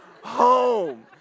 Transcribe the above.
home